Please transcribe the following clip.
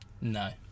No